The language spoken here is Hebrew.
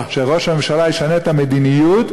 שראש הממשלה ישנה את המדיניות,